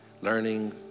learning